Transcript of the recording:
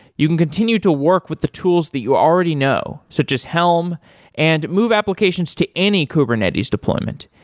you can continue to work with the tools that you already know, such as helm and move applications to any kubernetes deployment.